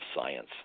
science